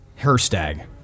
Herstag